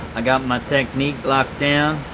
i got my technique locked down,